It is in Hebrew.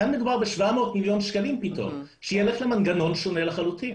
כאן מדובר ב-700,000,000 ₪ פתאום שילך למנגנון שונה לחלוטין.